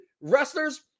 wrestlers